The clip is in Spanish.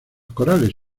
corales